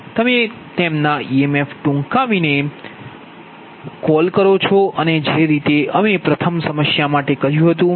તમે તેમના ઇએમએફ ટૂંકાવીને કોલ કરો છો અને જે રીતે અમે પ્રથમ સમસ્યા માટે કર્યું હતુ